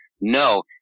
No